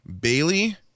Bailey